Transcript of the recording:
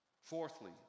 Fourthly